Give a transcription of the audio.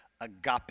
agape